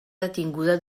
detinguda